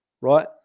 right